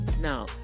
now